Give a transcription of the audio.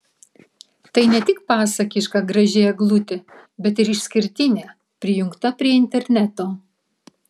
tai net tik pasakiška graži eglutė bet ir išskirtinė prijungta prie interneto